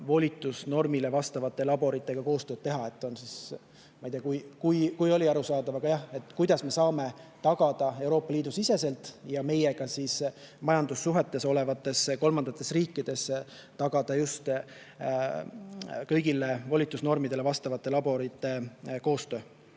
volitusnormile vastavate laboritega koostööd teha. Ma ei tea, kas oli arusaadav. Aga jah, et me saaksime tagada Euroopa Liidu siseselt ja meiega majandussuhetes olevates kolmandates riikides just kõigile volitusnormidele vastavate laborite koostöö.